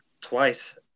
twice